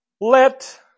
Let